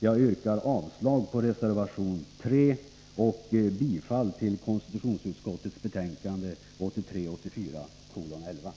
Jag yrkar avslag på reservation 3 och bifall till konstitutionsutskottets hemställan.